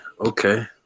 okay